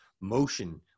Motion